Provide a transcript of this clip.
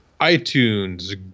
iTunes